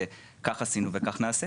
כך עשינו וכך נעשה.